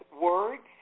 words